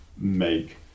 make